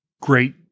great